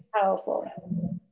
powerful